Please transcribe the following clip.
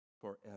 forever